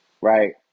right